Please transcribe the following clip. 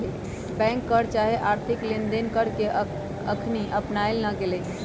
bank कर चाहे आर्थिक लेनदेन कर के अखनी अपनायल न गेल हइ